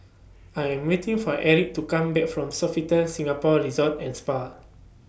I Am waiting For Erik to Come Back from Sofitel Singapore Resort and Spa